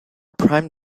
prime